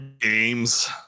games